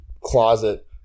closet